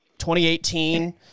2018